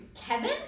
Kevin